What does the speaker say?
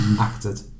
acted